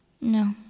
no